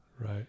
Right